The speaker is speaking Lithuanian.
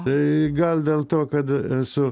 tai gal dėl to kad esu